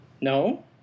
No